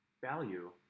value